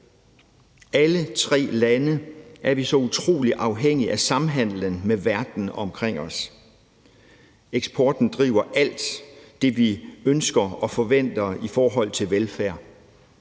Alle tre lande er så afhængige af samhandelen med verden omkring os, og eksporten driver alt. Det handler om det, vi ønsker og forventer i forhold til velfærd.